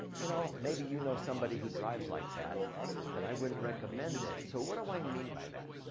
you know, maybe you know somebody who drives like that but i wouldn't recommend it. so, what do i mean by that?